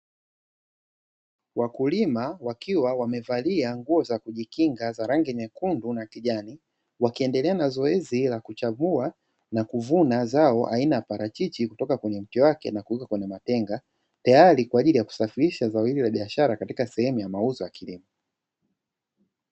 Wakulima wakiwa wamevalia nguo za kujikinga za rangi nyekundu na kijani, wakiendelea na zoezi la kuchagua na kuvuna zao aina ya parachichi kutoka kwenye mti wake na kuweka kwenye matenga, tayari kwa ajili ya kusafirisha zao hilo la biashara katika sehemu ya mauzo ya kilimo.